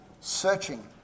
searching